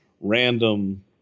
random